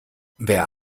wer